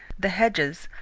the hedges,